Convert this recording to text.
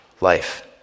life